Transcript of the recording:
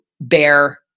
bear